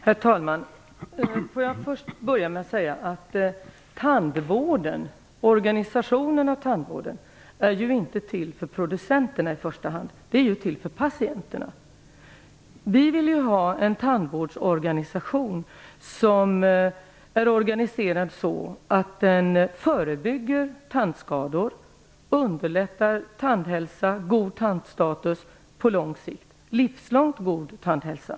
Herr talman! Låt mig börja med att säga att tandvårdsorganisationen ju inte i första hand är till för producenterna utan för patienterna. Vi vill ha en tandvårdsorganisation som är sådan att man kan förebygga tandskador, främja tandhälsa och god tandstatus på lång sikt, alltså en livslång god tandhälsa.